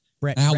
Brett